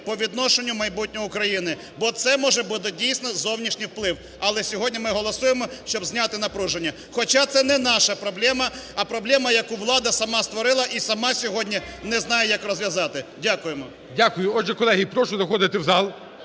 по відношенню до майбутнього України, бо це може бути дійсно зовнішній вплив. Але сьогодні ми голосуємо, щоб зняти напруження, хоча це не наша проблема, а проблема, яку влада сама створила і сама сьогодні не знає, як розв'язати. Дякуємо. ГОЛОВУЮЧИЙ. Дякую. Отже, колеги, прошу заходити в зал.